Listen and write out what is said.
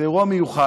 זה אירוע מיוחד,